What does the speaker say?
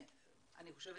אני חושבת,